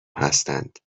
هستند